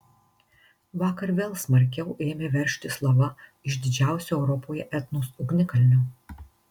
vakar vėl smarkiau ėmė veržtis lava iš didžiausio europoje etnos ugnikalnio